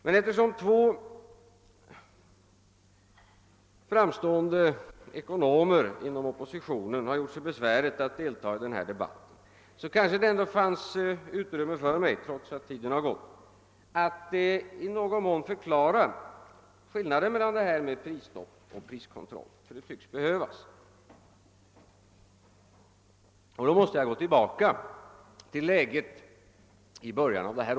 Men eftersom två framstående ekonomer inom oppositionen har gjort sig besväret att delta i denna debatt kanske det ändå finns utrymme för mig, trots att tiden har gått, att i någon mån förklara skillnaden mellan prisstopp och priskontroll, ty det tycks behövas. Då måste jag gå tillbaka till läget i början av detta år.